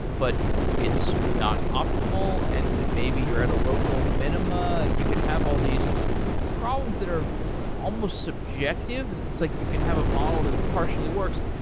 but it's not optimal. and maybe you're at a local minima and you could have all these problems that are almost subjective. it's like you can have a model that partially works.